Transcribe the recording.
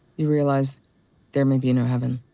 you realize there may be no heaven.